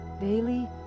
daily